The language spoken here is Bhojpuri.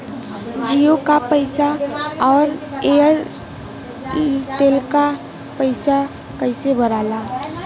जीओ का पैसा और एयर तेलका पैसा कैसे भराला?